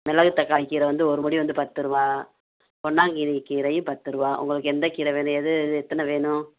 மிளகு தக்காளி கீரை வந்து ஒரு படி வந்து பத்து ரூபா பொன்னாங்கண்ணி கீரையும் பத்து ரூபா உங்களுக்கு எந்த கீரை வேணும் எது எது எத்தனை வேணும்